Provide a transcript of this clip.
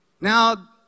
Now